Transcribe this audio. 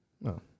No